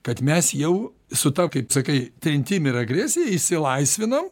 kad mes jau su ta kaip sakai trintim ir agresija išsilaisvinam